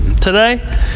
Today